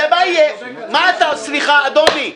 --- סליחה, אדוני.